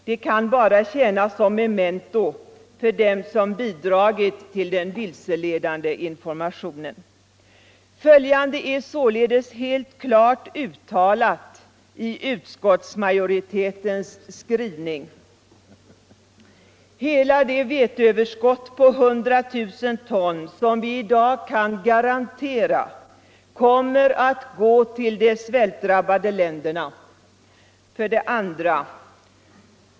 Det kan bara tjäna som ett memento till dem som bidragit till den vilseledande informationen. Följande är således helt klart uttalat i utskottsmajoritetens skrivning: 1. Hela det veteöverskott på 100 000 ton, som vi i dag kan garantera, kommer att gå till de svältdrabbade länderna. 2.